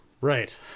Right